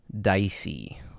dicey